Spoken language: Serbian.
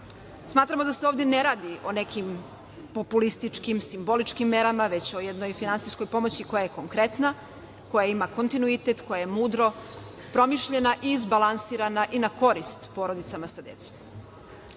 Smatramo da se ovde ne radi o nekim populističkim, simboličkim merama, već o jednoj finansijskoj pomoći koja je konkretna, koja ima kontinuitet, koja je mudro promišljena i izbalansirana i na korist porodicama sa decom.U